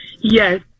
Yes